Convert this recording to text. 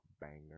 banger